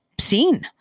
seen